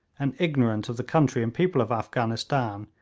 and ignorant of the country and people of afghanistan,